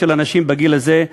של אנשים בגיל הזה,